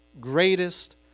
greatest